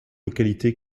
localité